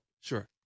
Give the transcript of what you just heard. sure